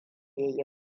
yayi